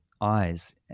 eyes